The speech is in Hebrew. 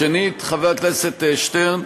שנית, חבר הכנסת שטרן,